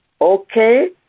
Okay